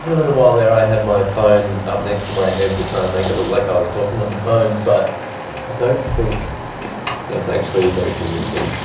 little while there i had my phone up next to my head to try and make it look like i was talking on the phone but i don't think that's actually very convincing.